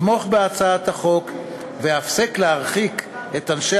תמוך בהצעת החוק והפסק להרחיק את אנשי